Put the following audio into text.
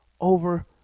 over